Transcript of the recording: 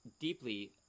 deeply